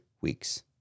weeks